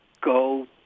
go